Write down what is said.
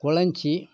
கொளஞ்சி